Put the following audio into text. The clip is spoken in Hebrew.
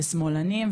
בשמאלנים,